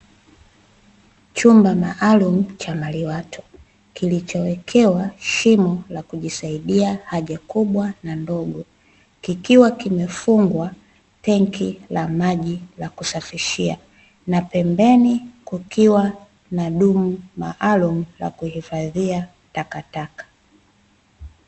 Chumba maalum cha maliwato, kilichowekewa shimo la kujisaidia haja kubwa na ndogo, kikiwa kimefungwa tenki la maji la kusafishia, na pembeni kukiwa na dumu maalum la kuhifadhia takataka.